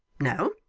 no,